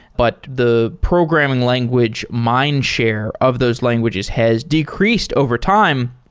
but the programming language mindshare of those languages has decreased overtime,